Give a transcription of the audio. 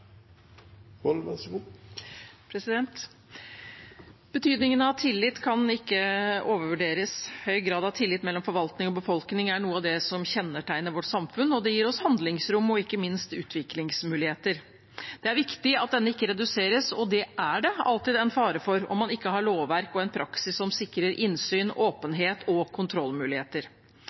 Betydningen av tillit kan ikke overvurderes. Høy grad av tillit mellom forvaltning og befolkning er noe av det som kjennetegner vårt samfunn, og det gir oss handlingsrom og ikke minst utviklingsmuligheter. Det er viktig at denne ikke reduseres, og det er det alltid en fare for om man ikke har lovverk og en praksis som sikrer innsyn, åpenhet og kontrollmuligheter.